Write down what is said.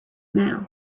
mouth